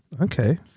Okay